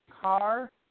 car